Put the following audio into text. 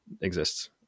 exists